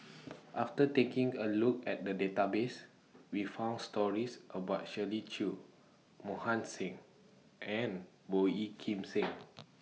after taking A Look At The Database We found stories about Shirley Chew Mohan Singh and Boey Kim Cheng